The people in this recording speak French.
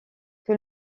que